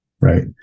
Right